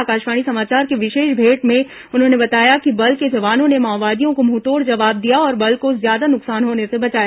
आकाशवाणी समाचार से विशेष भेंट में उन्होंने बताया कि बल के जवानों ने माओवादियों को मुंहतोड जवाब दिया और बल को ज्यादा नुकसान होने से बचाया